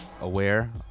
aware